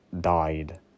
died